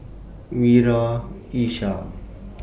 Wira Ishak